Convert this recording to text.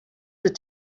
the